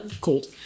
Cold